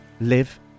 live